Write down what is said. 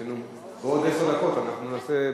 בעוד עשר דקות אנחנו נעשה,